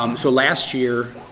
um so last year,